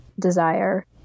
desire